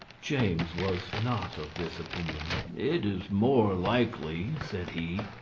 james was not of this opinion. it is more likely, said he,